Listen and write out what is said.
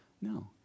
No